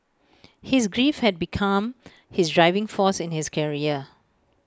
his grief had become his driving force in his career